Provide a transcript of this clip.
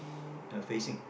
are facing